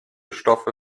stoffe